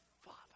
father